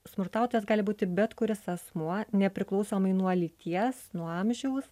smurtautojas gali būti bet kuris asmuo nepriklausomai nuo lyties nuo amžiaus